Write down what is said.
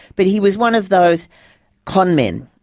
but he was one of those conmen,